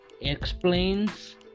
explains